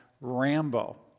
Rambo